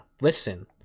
Listen